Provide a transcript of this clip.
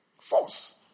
Force